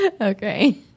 okay